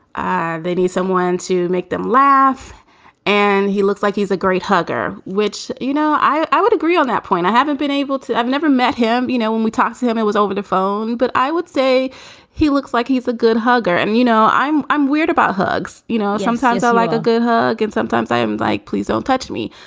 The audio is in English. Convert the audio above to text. they need someone to make them laugh and he looks like he's a great hugger, which, you know, i i would agree on that point. i haven't been able to. i've never met him. you know, when we talk to him, it was over the phone. but i would say he looks like he's a good hugger. and, you know, i'm i'm weird about hugs. you know, sometimes i like a good hug and sometimes i'm like, please don't touch me.